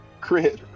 crit